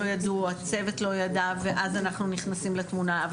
ידעו הצוות לא ידע ואז אנחנו נכנסים לתמונה,